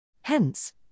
Hence